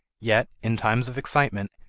yet, in times of excitement,